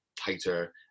tighter